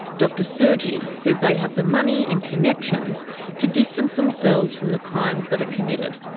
dr sergi says they have the money and connections to distance themselves from the crimes that are committed.